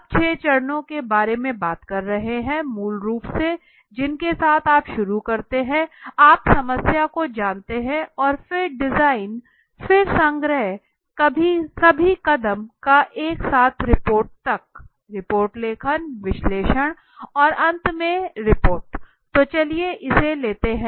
अब छह चरणों के बारे में बात कर रहे हैं मूल रूप से जिनके साथ आप शुरू करते है आप समस्या को जानते हैं और फिर डिजाइन फिर संग्रह सभी कदम का एक साथ रिपोर्ट तक रिपोर्ट लेखन विश्लेषण और अंत में रिपोर्ट तो चलिए इसे लेते हैं